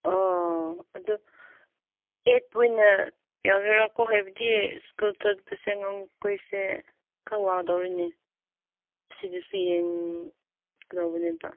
ꯑꯣ ꯑꯗꯨ ꯑꯩꯠ ꯑꯣꯏꯅ ꯌꯥꯒꯗ꯭ꯔꯥ ꯍꯥꯏꯕꯗꯤ ꯁ꯭ꯀꯨꯜ ꯆꯠꯄꯁꯦ ꯑꯉꯥꯡ ꯃꯈꯩꯁꯦ ꯈꯔ ꯋꯥꯗꯧꯔꯤꯅꯦ ꯁꯤꯗꯁꯨ ꯌꯦꯡꯒꯗꯧꯕꯅꯦꯕ